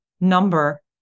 number